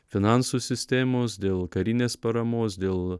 finansų sistemos dėl karinės paramos dėl